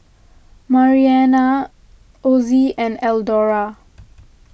Marianna Osie and Eldora